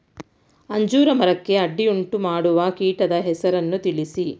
ಅಂಜೂರ ಮರಕ್ಕೆ ಅಡ್ಡಿಯುಂಟುಮಾಡುವ ಕೀಟದ ಹೆಸರನ್ನು ತಿಳಿಸಿ?